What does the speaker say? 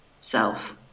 self